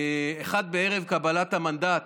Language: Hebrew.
אחת בערב קבלת המנדט,